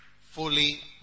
fully